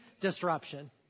disruption